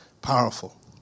powerful